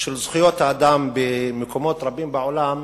של זכויות אדם במקומות רבים בעולם